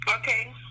Okay